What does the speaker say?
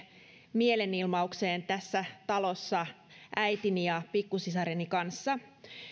mielenilmaukseen tässä talossa äitini ja pikkusisareni kanssa